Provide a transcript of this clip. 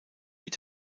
mit